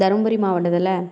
தருமபுரி மாவட்டத்தில்